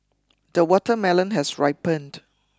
the watermelon has ripened